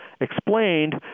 explained